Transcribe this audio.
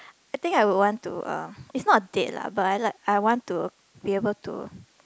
I think I would want to uh it's not a date lah but I want to be able to